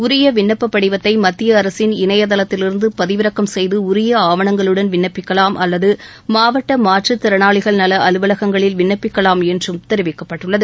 உரிய விண்ணப்ப படிவத்தை மத்திய அரசின் இணையதளத்திலிருந்து பதிவிறக்கம் செய்து உரிய ஆவணங்களுடன் விண்ணப்பிக்கலாம் அல்லது மாவட்ட மாற்றுத்திறனாளிகள் நல அலுவலகங்களில் விண்ணப்பிக்கலாம் என்றும் தெரிவிக்கப்பட்டுள்ளது